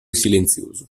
silenzioso